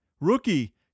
Rookie